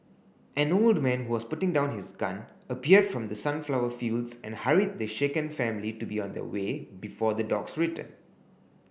an old man who was putting down his gun appeared from the sunflower fields and hurried the shaken family to be on their way before the dogs return